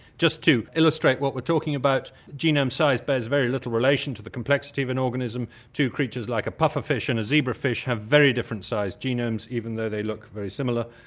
just to illustrate what we're talking about genome size bears very little relation to the complexity of an organism two creatures like a puffer fish and a zebra fish have very different size genomes, even though they look very similar.